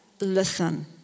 Listen